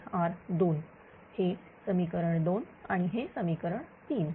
हे समीकरण 2 आणि हे समीकरण 3